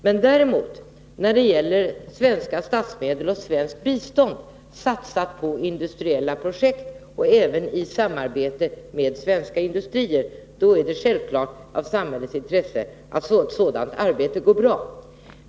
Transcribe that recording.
När det däremot gäller svenska statsmedel och svenskt bistånd som satsas på industriella projekt, även i samarbete med svenska industrier, är det självfallet i samhällets intresse att den verksamheten går bra.